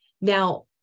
Now